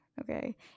okay